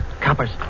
Coppers